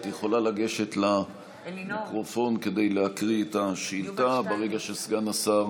את יכולה לגשת למיקרופון כדי להקריא את השאילתה ברגע שסגן השר